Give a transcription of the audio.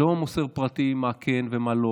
אני לא מוסר פרטים מה כן ומה לא,